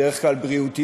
בדרך כלל בריאותיות,